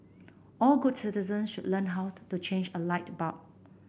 all good citizens should learn how to change a light bulb